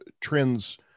trends